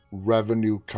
Revenue